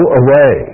away